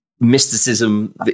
mysticism